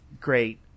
great